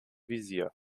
visier